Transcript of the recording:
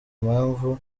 impamvu